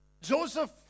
joseph